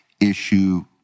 issue